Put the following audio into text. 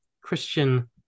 christian